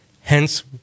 Hence